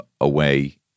away